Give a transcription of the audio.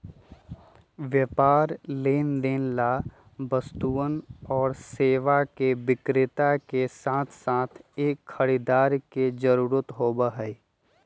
व्यापार लेनदेन ला वस्तुअन और सेवा के विक्रेता के साथसाथ एक खरीदार के जरूरत होबा हई